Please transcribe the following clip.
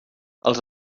els